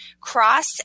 cross